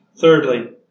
Thirdly